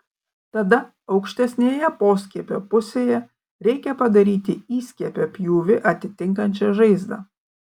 tada aukštesnėje poskiepio pusėje reikia padaryti įskiepio pjūvį atitinkančią žaizdą